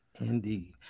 Indeed